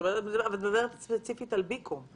אני מדברת ספציפית על בי-קום.